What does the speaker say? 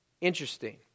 interesting